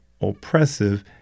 oppressive